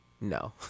No